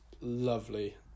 lovely